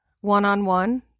one-on-one